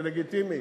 זה לגיטימי,